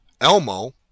Elmo